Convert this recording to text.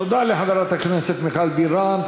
תודה לחברת הכנסת מיכל בירן.